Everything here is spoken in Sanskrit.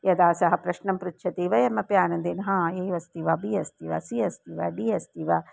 यदा सः प्रश्नं पृच्छति वयमपि आनन्देन हा ए अस्ति वा बि अस्ति वा सि अस्ति वा डी अस्ति वा